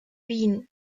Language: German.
wien